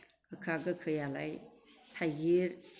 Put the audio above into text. गोखा गोखैआलाय थाइगिर